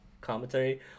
commentary